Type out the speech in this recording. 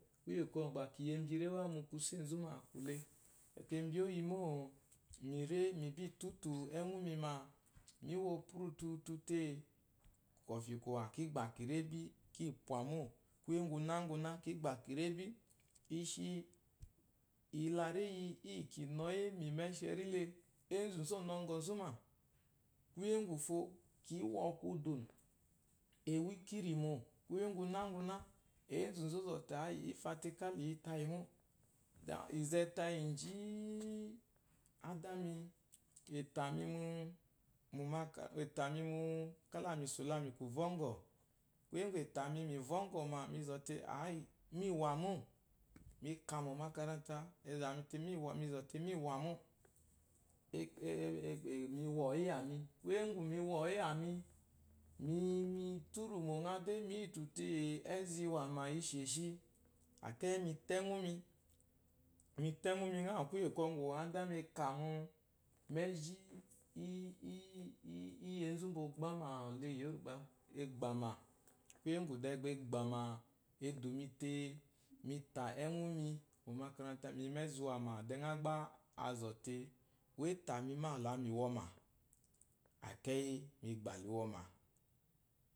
Kuye kɔngu mba kiyi embi rewa mu kunse embi oyimo jimi tutu ewumi ma iwo furututut te kɔfi kigba kiri ki pwmo kuyenguna nguna kigba kire bi eshi kiyola reyi iyi kima ɔyi mu emesheri le enzu zu o'nɔ zuma kuyikɔfi kiwo kudu ewa ikirimo kuye nguna enzu zu ɔte ayi ifate ka liyi tayimo ta izai tayi ji-i adami a tayi mumuka etami ju ka mili so mili ke vungo kuye ngu etami mu evangɔma mi zote ai newa mo meka mu zo te me wa mo kuye ngu ma wo yami miyi mu eturu nghedai niyi tule ay ezuwan isheshi ekeyi mita ewumi mi te ewumi ngha kuye nkongu adami akamu iyi enzu mba ogbama egbama ewumi mui bingha gba, azole we tami mawu lami wɔma ekeyi mi gba ta ewoma.